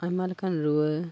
ᱟᱭᱢᱟ ᱞᱮᱠᱟᱱ ᱨᱩᱣᱟᱹ